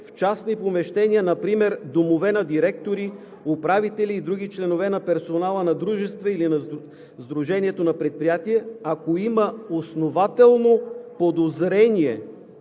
в частни помещения. Например: домове на директори, управители и други членове на персонала на дружества, или на Сдружението на предприятия, ако има основателно подозрение